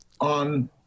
On